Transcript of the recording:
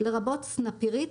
לרבות סנפירית,